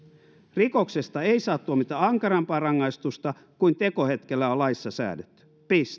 rikoksesta ei saa tuomita ankarampaa rangaistusta kuin tekohetkellä on laissa säädetty